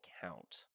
count